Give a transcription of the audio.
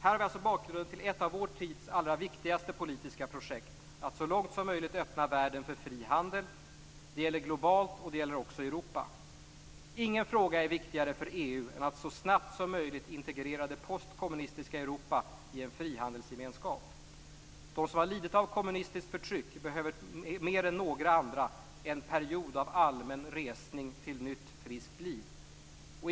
Här har vi alltså bakgrunden till ett av vår tids allra viktigaste politiska projekt: att så långt som möjligt öppna världen för fri handel. Det gäller globalt och det gäller också i Europa. Ingen fråga är viktigare för EU än att så snabbt som möjligt integrera det postkommunistiska Europa i en frihandelsgemenskap. De som har lidit av kommunistiskt förtryck behöver mer än några andra en period av allmän resning till ett nytt, friskt liv.